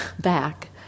back